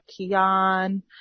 Kian